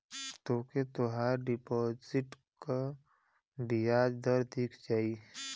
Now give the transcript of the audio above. तोके तोहार डिपोसिट क बियाज दर दिख जाई